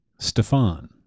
Stefan